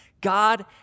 God